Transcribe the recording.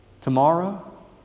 Tomorrow